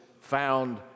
found